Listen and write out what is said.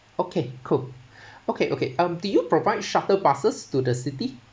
okay cool okay okay um do you provide shuttle buses to the city